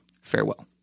Farewell